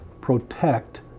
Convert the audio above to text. protect